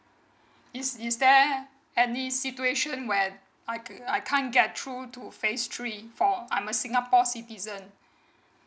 is is there any situation when I can't get through to phase three four I'm a singapore citizen